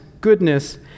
goodness